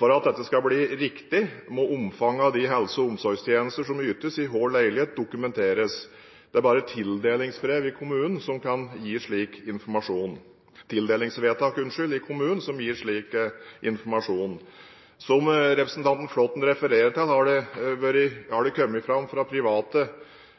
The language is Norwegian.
For at dette skal bli riktig, må omfanget av de helse- og omsorgstjenester som ytes i hver leilighet, dokumenteres. Det er bare tildelingsvedtakene i kommunen som gir slik informasjon. Som representanten Flåtten refererer til, har det fra private kommet fram